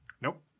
Nope